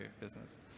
business